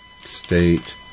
state